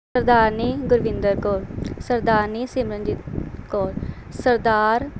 Sardarni Gurvinder Kaur Sardarni Simranjeet Kaur Sardar